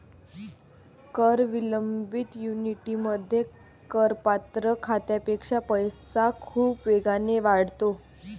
कर विलंबित ऍन्युइटीमध्ये, करपात्र खात्यापेक्षा पैसा खूप वेगाने वाढतो